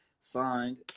Signed